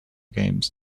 games